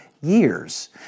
years